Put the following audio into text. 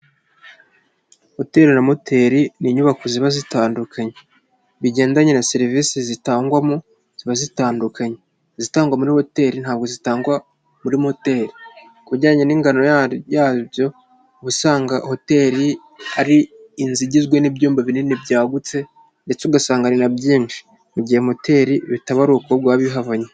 Hoteli na moteli n'inyubako ziba zitandukanye, bigendanye na serivisi zitangwamo ziba zitandukanye ,izitangwa muri hoteli ntabwo zitangwa muri moteli, ku bijyanye n'ingano yabyo uba usanga hotel ari inzu igizwe n'ibyumba binini byagutse, ndetse ugasanga ni na byinshi, mu gihe moteli bitaba ari uko ahubwo biba bihabanye.